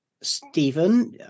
Stephen